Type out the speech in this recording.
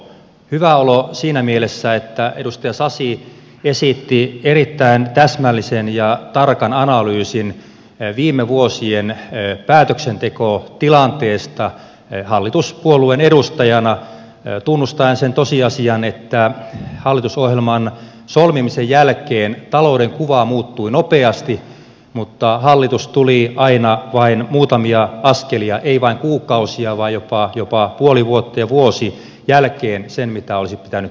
hyvä olo tuli siinä mielessä että edustaja sasi esitti erittäin täsmällisen ja tarkan analyysin viime vuosien päätöksentekotilanteesta hallituspuolueen edustajana tunnustaen sen tosiasian että hallitusohjelman solmimisen jälkeen talouden kuva muuttui nopeasti mutta hallitus tuli aina vain muutamia askelia ei vain kuukausia vaan jopa puoli vuotta ja vuosi jäljessä siinä mitä olisi pitänyt tehdä